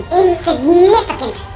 insignificant